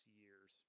years